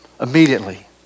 Immediately